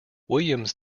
williams